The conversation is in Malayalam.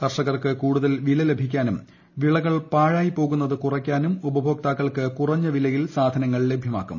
കർഷകർക്ക് കൂടുതൽ വില ലഭിക്കാനും വിളകൾ പാഴായി പോകുന്നത് കുറയ്ക്കാനും ഉപഭോക്താക്കൾക്ക് കുറഞ്ഞ വിലയിൽ സാധനങ്ങൾ ലഭ്യമാക്കും